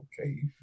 Okay